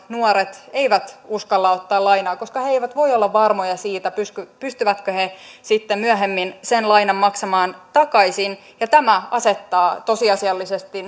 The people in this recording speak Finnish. nuoret eivät uskalla ottaa lainaa koska he eivät voi olla varmoja siitä pystyvätkö pystyvätkö he sitten myöhemmin sen lainan maksamaan takaisin ja tämä asettaa tosiasiallisesti